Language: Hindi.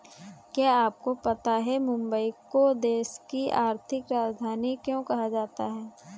क्या आपको पता है मुंबई को देश की आर्थिक राजधानी क्यों कहा जाता है?